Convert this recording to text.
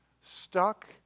Stuck